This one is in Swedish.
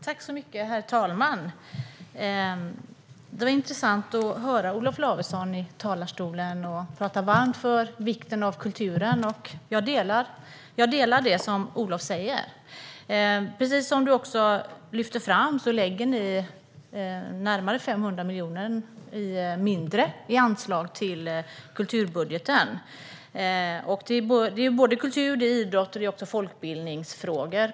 Herr talman! Det var intressant att höra Olof Lavesson från talarstolen prata varmt om vikten av kulturen. Jag instämmer i det som Olof säger. Precis som du också lyfte fram lägger ni närmare 500 miljoner mindre i anslag till kulturbudgeten. Det gäller bland annat kultur, idrott och folkbildningsfrågor.